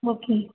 okay